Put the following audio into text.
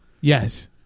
Yes